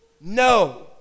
No